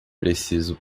preciso